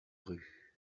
rue